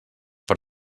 per